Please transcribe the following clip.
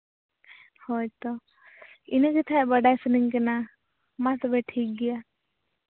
ᱦᱳᱭ ᱛᱚ ᱤᱱᱟᱹᱜᱮ ᱛᱟᱦᱮᱸᱫ ᱵᱟᱰᱟᱭ ᱥᱟᱱᱟᱧ ᱠᱟᱱᱟ ᱢᱟ ᱛᱚᱵᱮ ᱴᱷᱤᱠ ᱜᱮᱭᱟ